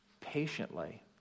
patiently